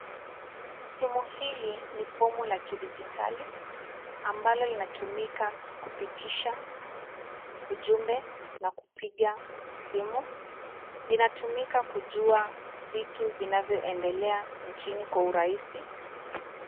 Simu hili ni fumo la kidijitali ambalo linatumika kupitisha ujumbe na kupiga simu. Linatumika kujua vitu vinavyoendelea nchini kwa urahisi.